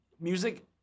music